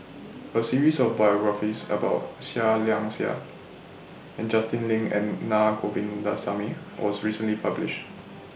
A series of biographies about Seah Liang Seah and Justin Lean and Naa Govindasamy was recently published